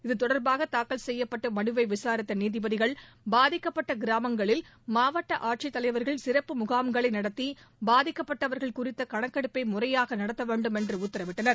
இது தொடர்பாக தாக்கல் செய்யப்பட்ட மனுவை விசாரித்த நீதிபதிகள் பாதிக்கப்பட்ட கிராமங்களில் மாவட்ட ஆட்சித்தலைவர்கள் சிறப்பு முகாம்களை நடத்தி பாதிக்கப்பட்டவர்கள் குறித்த கணக்கெடுப்பை முறையாக நடத்த வேண்டும் என்று உத்தரவிட்டனர்